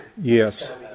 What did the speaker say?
Yes